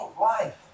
life